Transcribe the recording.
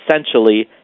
essentially